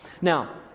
Now